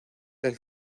del